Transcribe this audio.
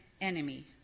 enemy